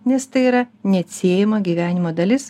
nes tai yra neatsiejama gyvenimo dalis